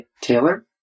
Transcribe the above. Taylor